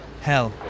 hell